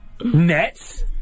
nets